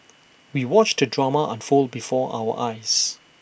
we watched the drama unfold before our eyes